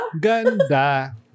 Ganda